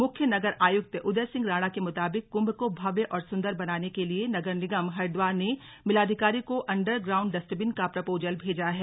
मुख्य नगर आयुक्त उदय सिंह राणा के मुताबिक कुंभ को भव्य और सुंदर बनाने के लिए नगर निगम हरिद्वार ने मेलाधिकारी को अंडर ग्राउंड डस्टबिन का प्रपोजल भेज है